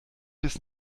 bis